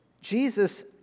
Jesus